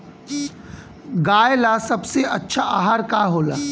गाय ला सबसे अच्छा आहार का होला?